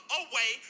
away